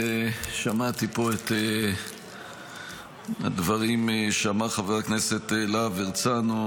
שמעתי פה את הדברים שאמר חבר הכנסת להב הרצנו.